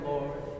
Lord